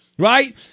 right